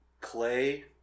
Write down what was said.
clay